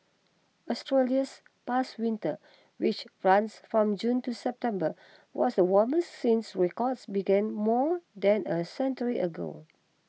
Australia's past winter which runs from June to September was the warmest since records began more than a century ago